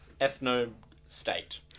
ethno-state